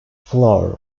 floor